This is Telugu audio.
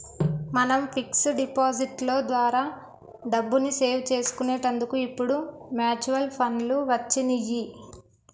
మనం ఫిక్స్ డిపాజిట్ లో ద్వారా డబ్బుని సేవ్ చేసుకునేటందుకు ఇప్పుడు మ్యూచువల్ ఫండ్లు వచ్చినియ్యి